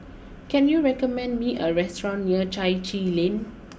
can you recommend me a restaurant near Chai Chee Lane